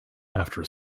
after